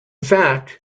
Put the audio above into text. fact